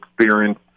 experience